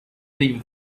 leave